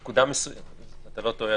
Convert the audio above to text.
אתה לא טועה,